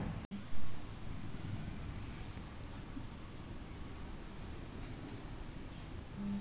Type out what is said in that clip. horticulture विभगवा के द्वारा किसान के उन्नत किस्म के बीज व पौधवन देवल जाहई